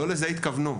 לא לזה התכוונו.